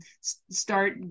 start